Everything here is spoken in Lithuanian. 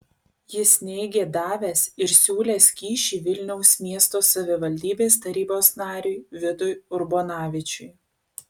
jis neigė davęs ir siūlęs kyšį vilniaus miesto savivaldybės tarybos nariui vidui urbonavičiui